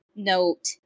note